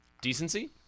decency